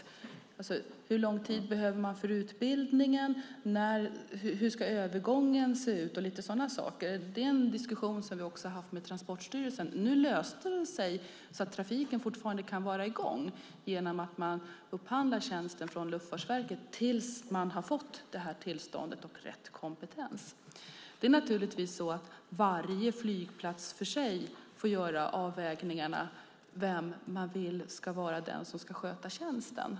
Hur lång tid man behöver för utbildningen, hur övergången ska se ut etcetera är diskussioner som vi också har haft med Transportstyrelsen. Nu löste det sig så att trafiken fortfarande kan vara i gång genom att man upphandlar tjänsten från Luftfartsverket tills man har fått tillståndet och rätt kompetens. Varje flygplats för sig får naturligtvis avväga vem man vill ska sköta tjänsten.